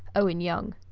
owen young.